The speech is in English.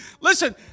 Listen